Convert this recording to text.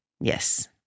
Yes